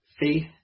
Faith